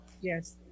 yes